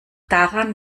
daran